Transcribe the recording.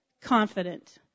confident